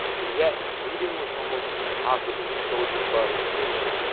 and yet leaving was almost impossible with soldiers guarding the gates.